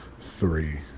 three